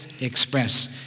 express